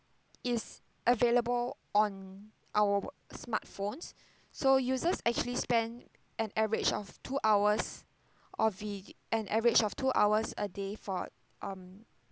it's available on our smartphones so users actually spend an average of two hours or we an average of two hours a day for um